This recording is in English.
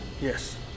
Yes